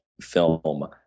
film